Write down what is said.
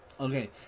Okay